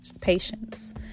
patience